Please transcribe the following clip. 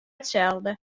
itselde